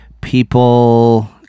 people